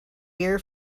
beer